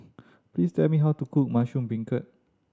please tell me how to cook mushroom beancurd